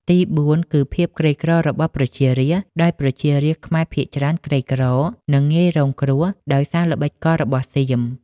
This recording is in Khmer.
ទីបួនគឺ ភាពក្រីក្ររបស់ប្រជារាស្ត្រ ដោយប្រជារាស្ត្រខ្មែរភាគច្រើនក្រីក្រ និងងាយរងគ្រោះដោយសារល្បិចកលរបស់សៀម។